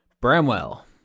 Bramwell